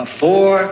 four